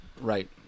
Right